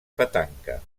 petanca